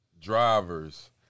drivers –